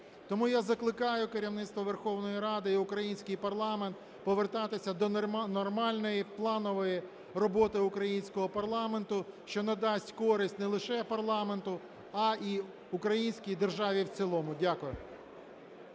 Тому я закликаю керівництво Верховної Ради і український парламент повертатися до нормальної, планової роботи українського парламенту, що надасть користь не лише парламенту, а і українській державі в цілому. Дякую.